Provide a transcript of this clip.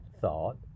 thought